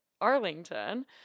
Arlington